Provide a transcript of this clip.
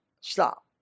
Stop